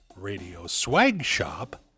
radioswagshop